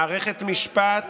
מערכת משפט